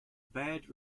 bad